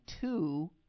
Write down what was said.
two